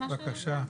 בבקשה,